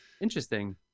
Interesting